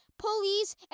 pulleys